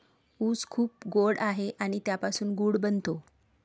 ऊस खूप गोड आहे आणि त्यापासून गूळ बनतो